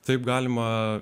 taip galima